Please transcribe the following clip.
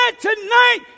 tonight